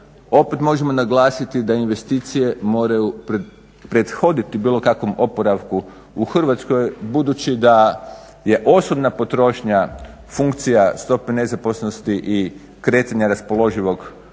Opet možemo naglasiti da investicije moraju prethoditi bilo kakvom oporavku u Hrvatskoj budući da je osobna potrošnja funkcija stope nezaposlenosti i kretanja raspoloživog dohotka